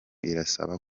irasaba